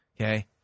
Okay